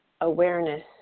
awareness